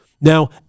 now